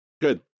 Good